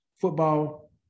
football